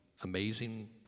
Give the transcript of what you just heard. amazing